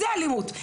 זו אלימות.